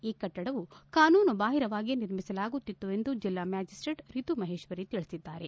ಈ ಕಟ್ಟಡವನ್ನು ಕಾನೂನುಬಾಹಿರವಾಗಿ ನಿರ್ಮಿಸಲಾಗುತ್ತಿತ್ತು ಎಂದು ಜಿಲ್ಲಾ ಮ್ಯಾಜಿಸ್ನೇಟ್ ರೀತು ಮಹೇಶ್ವರಿ ತಿಳಿಸಿದ್ದಾರೆ